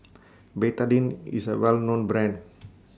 Betadine IS A Well known Brand